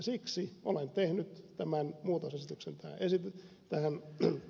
siksi olen tehnyt tämän muutosesityksentä esityttää mutta